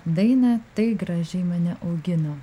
dainą tai gražiai mane augino